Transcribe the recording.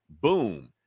Boom